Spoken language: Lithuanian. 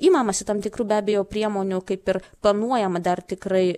imamasi tam tikrų be abejo priemonių kaip ir planuojama dar tikrai